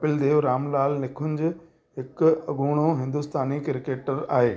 कपिल देव रामलाल निखुंज हिकु अॻूणो हिंदुस्तानी क्रिकेटर आहे